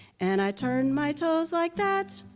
and i turn my toes like that,